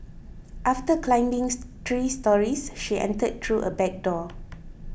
after climbing three storeys she entered through a back door